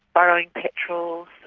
burrowing petrels,